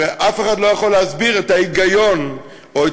ואף אחד לא יכול להסביר את ההיגיון או את